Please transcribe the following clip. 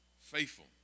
faithful